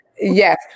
Yes